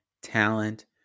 Talent